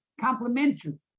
complementary